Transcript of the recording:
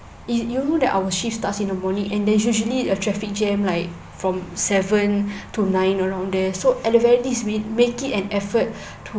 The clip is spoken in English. you you know that our shift starts in the morning and there's usually a traffic jam like from seven to nine around there so at the very least we make it an effort to